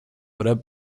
oder